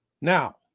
Now